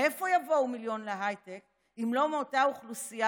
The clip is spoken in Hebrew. מאיפה יבואו מיליון להייטק אם לא מאותה אוכלוסייה?